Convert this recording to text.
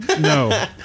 No